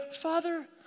Father